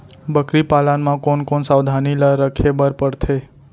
बकरी पालन म कोन कोन सावधानी ल रखे बर पढ़थे?